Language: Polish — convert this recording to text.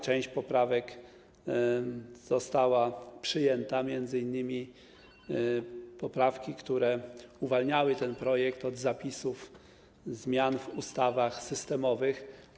Część poprawek została przyjęta, m.in. poprawki, które uwalniały ten projekt od zapisów dotyczących zmian w ustawach systemowych.